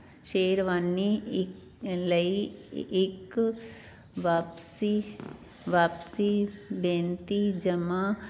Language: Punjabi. ਸ਼ੇਰਵਾਨੀ ਲਈ ਇੱਕ ਵਾਪਸੀ ਵਾਪਸੀ ਬੇਨਤੀ ਜਮ੍ਹਾਂ